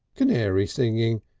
canary singing.